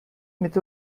mit